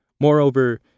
Moreover